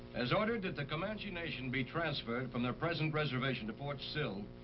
as ordered that the comanche nation be transferred. from their present reservation to fort sill,